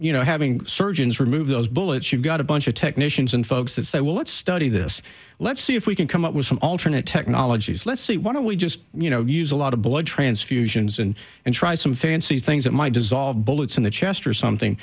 you know having surgeons remove those bullets you've got a bunch of technicians and folks that say well let's study this let's see if we can come up with some alternate technologies let's see why don't we just you know use a lot of blood transfusions and and try some fancy things that might dissolve bullets in the chest or something